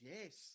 Yes